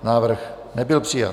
Návrh nebyl přijat.